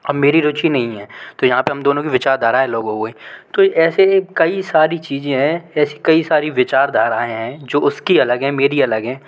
अब मेरी रुचि नहीं हैं तो यहाँ पर हम दोनों की विचारधारा अलग हो गई तो ऐसे कई सारी चीज़े है ऐसी कई सारी विचारधाराएं हैं जो उसकी अलग है मेरी अलग है